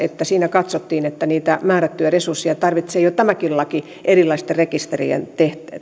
siinä katsottiin että niitä määrättyjä resursseja tarvitsee jo tämäkin laki erilaisten rekisterien